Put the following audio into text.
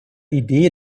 idee